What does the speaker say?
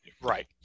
Right